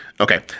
Okay